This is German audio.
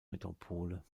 metropole